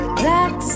black